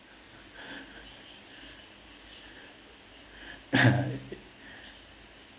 (uh huh)